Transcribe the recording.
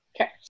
Okay